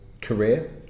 career